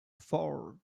four